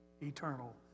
eternal